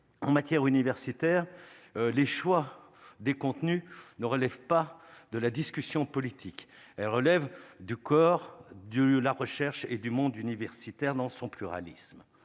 en matière universitaire, les choix des contenus ne relève pas de la discussion politique relève du corps, Dieu, la recherche et du monde universitaire dans son pluralisme,